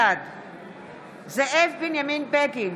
בעד זאב בנימין בגין,